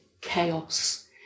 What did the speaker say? chaos